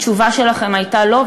התשובה שלכם הייתה "לא",